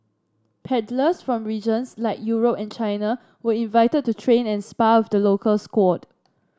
paddlers from regions like Europe and China were invited to train and spar with the local squad